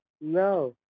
No